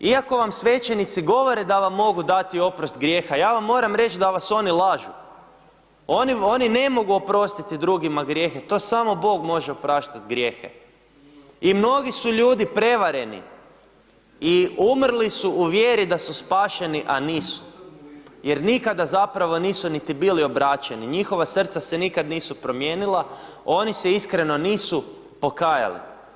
Iako vam svećenici govore da vam mogu dati oprost grijeha, ja vam moram reći da vas oni lažu, oni ne mogu oprostiti drugima grijehe, to samo Bog može opraštati grijehe i mnogi su ljudi prevareni i umrli su u vjeri da su spašeni, a nisu jer nikada zapravo nisu niti bili obraćeni, njihova srca se nikada nisu promijenila, oni se iskreno nisu pokajali.